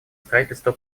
строительство